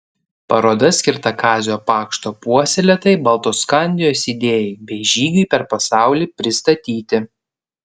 paroda skirta kazio pakšto puoselėtai baltoskandijos idėjai bei žygiui per pasaulį pristatyti